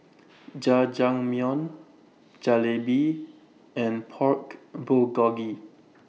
Jajangmyeon Jalebi and Pork Bulgogi